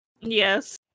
yes